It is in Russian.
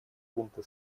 пункта